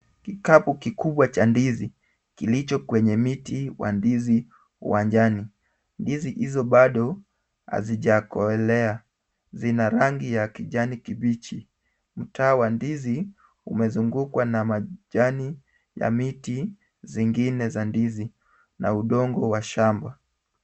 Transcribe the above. Kikapu kikubwa cha ndizi kilicho kwenye miti wa ndizi wa njani. Ndizi hizo bado hazijakolea. Zina rangi ya kijani kibichi. Mtaa wa ndizi amezungukwa na majani ya miti zingine za ndizi na udongo wa shamba.